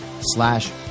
slash